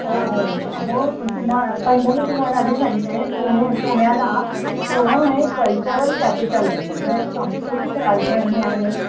हो अहो तुम्हा पहिलं मी तुम्हाला आधी सांगते पुणे पुण्याला पुणं हे कल्चरल कॅपिटल आहे म्हणजे सांस्कृतिक राजधानी आहे